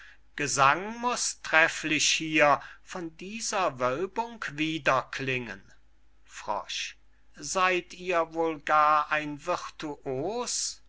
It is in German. gesang muß trefflich hier von dieser wölbung wiederklingen seyd ihr wohl gar ein virtuos